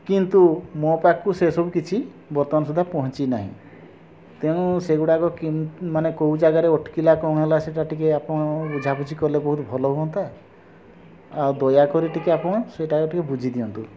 କିନ୍ତୁ ମୋ ପାଖୁକୁ ସେସବୁ କିଛି ବର୍ତ୍ତମାନ ସୁଦ୍ଧା ପହଞ୍ଚି ନାହିଁ ତେଣୁ ସେଗୁଡ଼ାକ ମାନେ କେଉଁ ଜାଗାରେ ଅଟକିଲା କ'ଣ ହେଲା ସେଇଟା ଟିକେ ଆପଣ ବୁଝାବୁଝି କଲେ ବହୁତ ଭଲ ହୁଅନ୍ତା ଆଉ ଦୟାକରି ଟିକେ ଆପଣ ସେଇଟା ଟିକେ ବୁଝିଦିଅନ୍ତୁ